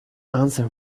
answer